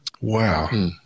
Wow